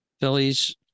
Phillies